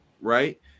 Right